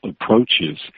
approaches